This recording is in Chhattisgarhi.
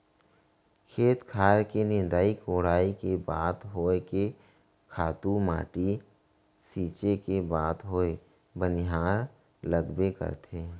खेत खार के निंदई कोड़ई के बात होय के खातू माटी छींचे के बात होवय बनिहार लगबे करथे